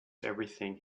everything